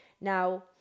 now